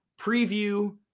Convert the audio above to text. preview